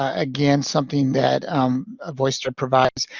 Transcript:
ah again, something that um, ah voicethread provides,